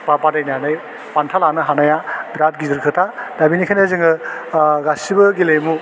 बा बादायनानै बान्था लानो हानाया बेराद गिदिर खोथा दा बिनिखायनो जोङो गासैबो गेलेमु